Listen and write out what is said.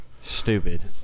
stupid